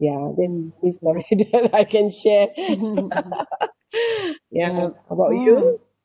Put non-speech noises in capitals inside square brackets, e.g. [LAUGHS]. ya when [LAUGHS] provided I can share [LAUGHS] ya what we do